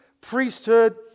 priesthood